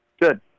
Good